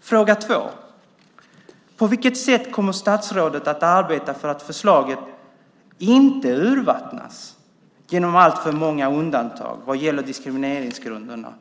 För det andra: På vilket sätt kommer statsrådet att arbeta för att förslaget inte urvattnas genom alltför många undantag vad gäller diskrimineringsgrunderna